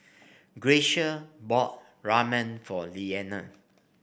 Gracia bought Ramen for Leana